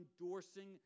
endorsing